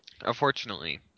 Unfortunately